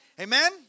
Amen